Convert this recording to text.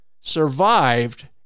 survived